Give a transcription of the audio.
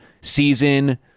season